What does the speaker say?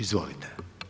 Izvolite.